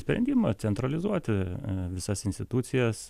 sprendimą centralizuoti visas institucijas